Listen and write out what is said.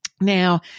Now